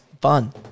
fun